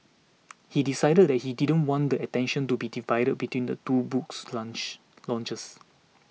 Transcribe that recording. he decided that he didn't want the attention to be divided between the two books launch launches